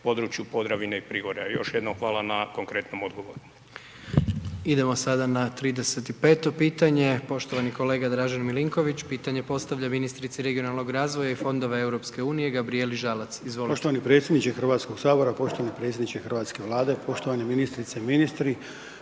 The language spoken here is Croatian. području Podravine i Prigorja. Još jednom hvala na konkretnom odgovoru. **Jandroković, Gordan (HDZ)** Idemo sada na 35-to pitanje, poštovani kolega Dražen Milinković pitanje postavlja ministrici regionalnog razvoja i Fondova EU, Gabrijeli Žalac, izvolite. **Milinković, Dražen (HDZ)** Poštovani predsjedniče HS, poštovani predsjedniče hrvatske Vlade, poštovane ministrice i ministri,